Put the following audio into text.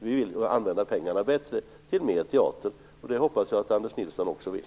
Vi vill kunna använda pengarna bättre - till mer teater. Det hoppas jag att Anders Nilsson också vill.